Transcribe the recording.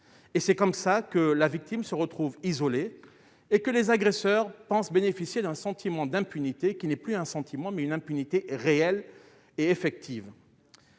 et c'est comme ça que la victime se retrouve isolé et que les agresseurs pensent bénéficier d'un sentiment d'impunité qui n'est plus un sentiment, mais une impunité réelle et effective.